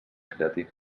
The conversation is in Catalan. creative